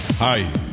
Hi